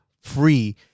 free